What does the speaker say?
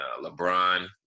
LeBron